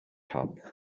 top